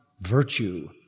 virtue